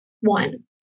one